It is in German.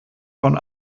von